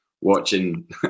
watching